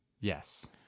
Yes